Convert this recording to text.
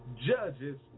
judges